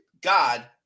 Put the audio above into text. God